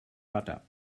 butter